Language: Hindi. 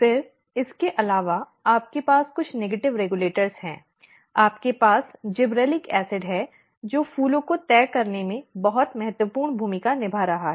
फिर इसके अलावा आपके पास कुछ नकारात्मक रिग्यलेटर हैं आपके पास जिब्रेलिक एसिड है जो फूलों को तय करने में बहुत महत्वपूर्ण भूमिका निभा रहा है